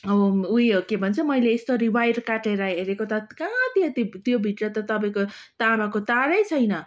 हो उयो के भन्छ मैले यस्तरी वायर काटेर हेरेको त कहाँ त्यो त्यो त्योभित्र त तपाईँको ताँबाको तारै छैन